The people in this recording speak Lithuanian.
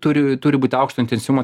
turi turi būt aukšto intensyvumo